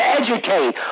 educate